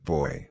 Boy